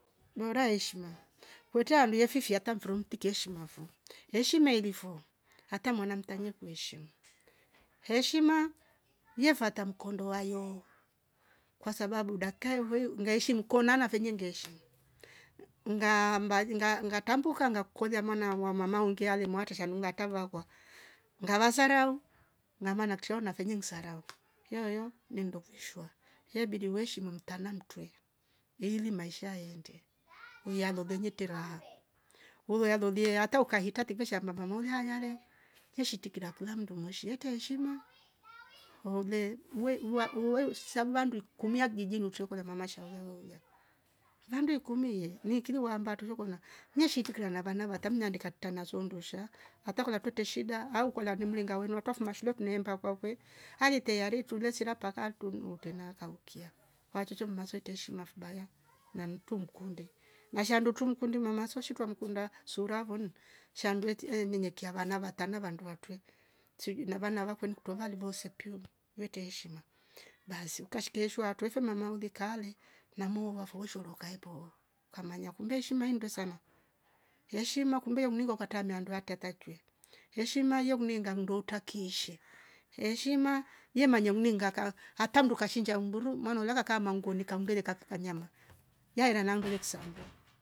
Moora heshima kwetea alie mfifiat mfuru mtekii yeishama fo yeshima ilifo hata mwana mtanye kueshimu. heshima yefata mkondo wayo kwasabu dakka ivoiyo ngaishi mkonana venye ngeshim nga baj nga nga ngatambuka ngakolia mwana wa mama angeule mwateshe shanunga atavakwa ngavasaru ngama naktchio nafenye nksarau io io nindo mkishwa yebidi uwe heshima mtana mtwe yeili maisha yeende yando venye teraha uloya liliye hata ukahita teveshi shar namba moja aiyale yeshiti tikira mlampula mnduma shiete heshima haule uwe uwa uwe shavandu ikumia kijijini uche kure mama shavo lolia vandi ikumie nikiliwa waambatu shokona nishikila navanava arta tamnya mnanyindika arta nazo ndusha atakola tute shida au kola nimringa uriwota fuma shule kweneimba kwakwe alete areteiule sirap pakatum urtena kaukia acho acho mmaswe teishi na fubayo na mtu mukunde nesha ndo ntukunde mama zosho twa mkunda sura voni shandwete eehh nyenyekea vana varta na wandu utowe. sijwi navanava kun kutola livosepio wete heeshima basi ukaeshekshwa atufe mama ulikale mamoni wavo shouruka epo kamanya kumbe shima indwe sana. heshima kumbe unigwa kwatamia ndo aktate chwe heshima yo mninga ndurta kieshe hesima nyemanya uningaka hata mndo kachinja mburu mwana ulokaka mangurika mbereka ka nyama waira ngare kusambio